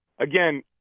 Again